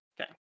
Okay